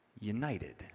united